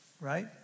right